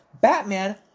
Batman